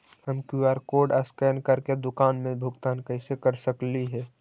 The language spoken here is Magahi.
हम कियु.आर कोड स्कैन करके दुकान में भुगतान कैसे कर सकली हे?